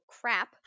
crap